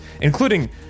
including